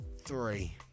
three